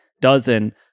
dozen